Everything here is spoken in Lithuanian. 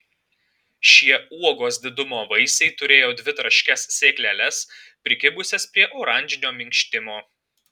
šie uogos didumo vaisiai turėjo dvi traškias sėkleles prikibusias prie oranžinio minkštimo